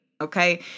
Okay